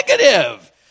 negative